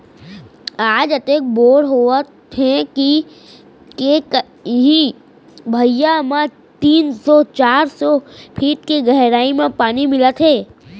आज अतेक बोर होवत हे के इहीं भुइयां म तीन सौ चार सौ फीट के गहरई म पानी मिलत हे